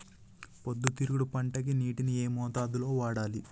పొద్దుతిరుగుడు పంటకి నీటిని ఏ మోతాదు లో వాడాలి?